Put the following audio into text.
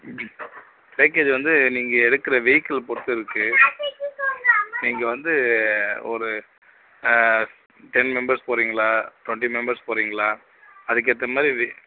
ம் பேக்கேஜ் வந்து நீங்கள் எடுக்கிற வெஹிக்கிள் பொறுத்து இருக்குது நீங்கள் வந்து ஒரு டென் மெம்பர்ஸ் போகிறீங்களா ட்வெண்ட்டி மெம்பர்ஸ் போகிறீங்களா அதுக்கு ஏற்ற மாதிரி